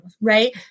right